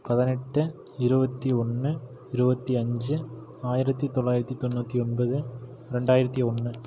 பதினெட்டு இருபத்தி ஒன்று இருபத்தி அஞ்சு ஆயிரத்து தொள்ளாயிரத்து தொண்ணூற்றி ஒன்பது இரண்டாயிரத்து ஒன்று